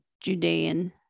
Judean